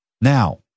Now